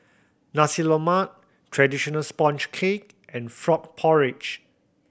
Nasi Lemak traditional sponge cake and frog porridge